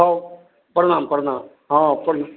हँ प्रणाम प्रणाम हँ प्र